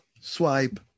Swipe